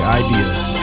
ideas